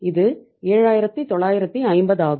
இது 7950 ஆகும்